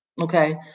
Okay